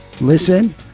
listen